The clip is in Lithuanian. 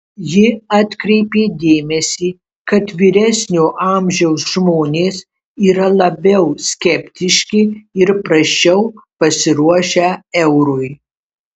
ji atkreipė dėmesį kad vyresnio amžiaus žmonės yra labiau skeptiški ir prasčiau pasiruošę eurui